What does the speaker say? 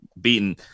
beaten